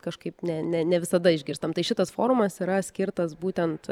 kažkaip ne ne ne visada išgirstam tai šitas forumas yra skirtas būtent